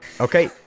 Okay